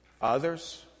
others